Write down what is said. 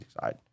side